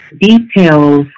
details